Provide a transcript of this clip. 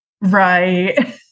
right